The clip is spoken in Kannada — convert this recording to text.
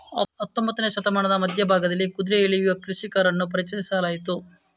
ಹತ್ತೊಂಬತ್ತನೇ ಶತಮಾನದ ಮಧ್ಯ ಭಾಗದಲ್ಲಿ ಕುದುರೆ ಎಳೆಯುವ ಕೃಷಿಕರನ್ನು ಪರಿಚಯಿಸಲಾಯಿತು